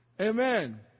Amen